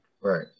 right